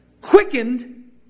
quickened